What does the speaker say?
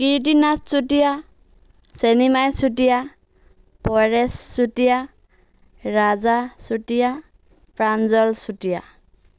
Kirti Nath Chutia Senimai Chutia Paresh Chutia Raja Chutia Pranjal Chutia